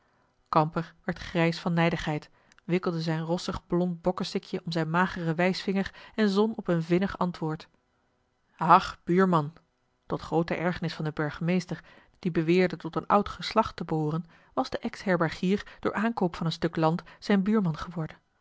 kamper werd grijs van nijdigheid wikkelde zijn rossig blond bokkensikje om zijn mageren wijsvinger en zon op een vinnig antwoord ach buurman tot groote ergernis van den burgemeester die beweerde tot een oud geslacht te behooren was de ex herbergier door aankoop van een stuk land zijn buurman geworden